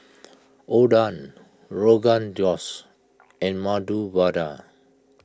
Oden Rogan Josh and Medu Vada